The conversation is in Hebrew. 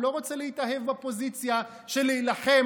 הוא לא רוצה להתאהב בפוזיציה של להילחם